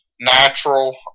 natural